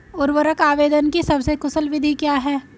उर्वरक आवेदन की सबसे कुशल विधि क्या है?